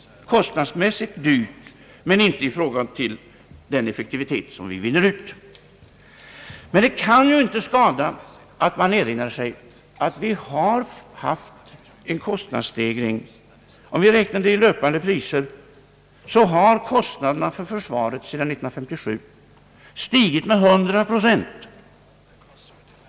Men det kan ju inte skada att man erinrar sig att vi har haft en utgiftsstegring. Om vi räknar i löpande priser har kostnaderna för försvaret sedan 1957 stigit med 100 procent.